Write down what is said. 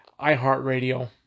iHeartRadio